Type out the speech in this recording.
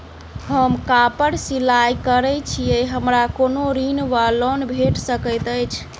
हम कापड़ सिलाई करै छीयै हमरा कोनो ऋण वा लोन भेट सकैत अछि?